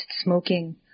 smoking